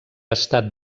estat